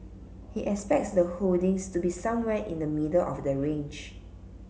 he expects the holdings to be somewhere in the middle of the range